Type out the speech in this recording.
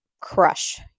crush